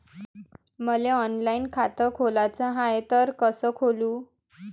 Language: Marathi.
मले ऑनलाईन खातं खोलाचं हाय तर कस खोलू?